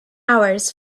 hours